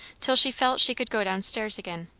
till she felt she could go down-stairs again.